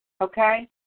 Okay